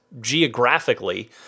geographically